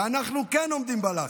ואנחנו כן עומדים בלחץ.